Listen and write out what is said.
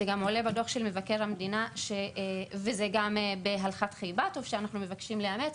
זה גם עולה בדוח מבקר המדינה וזה גם בהלכת חייבטוב שאנחנו מבקשים לאמץ,